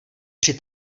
při